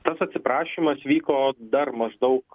tas atsiprašymas vyko dar maždaug